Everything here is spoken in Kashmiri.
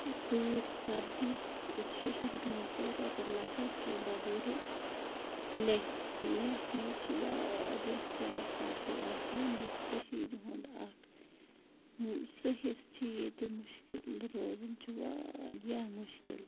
تۭر سَردی ییٚتہِ شُشَر گانٛٹھ تُلکَتُر لگان کیٚنٛہہ بَغٲرے لیہہ لیہَس منٛز چھُ واریاہ زیادٕ سردی آسان یُس کٔشیٖرِ ہُنٛد اَکھ سُہ حصہٕ چھِ ییٚتہِ مُشکِل روزُن چھُ واریاہ مُشکِل